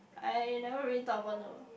I never really talk about it though